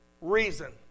reason